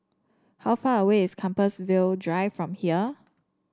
how far away is Compassvale Drive from here